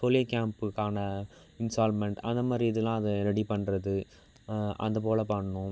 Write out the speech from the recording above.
polio கேம்ப்புக்கான instalment அது மாதிரி இதலாம் அது ரெடி பண்ணுறது அது போல் பண்ணுவோம்